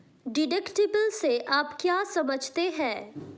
Deductible से आप क्या समझते हैं?